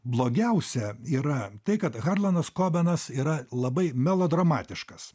blogiausia yra tai kad harlanas kobenas yra labai melodramatiškas